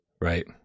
right